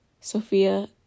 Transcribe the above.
Sophia